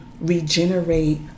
regenerate